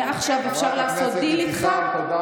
מעכשיו אפשר לעשות דיל איתך?